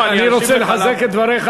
אני רוצה לחזק את דבריך,